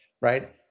Right